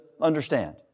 understand